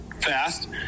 fast